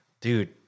dude